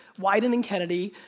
wieden and kennedy,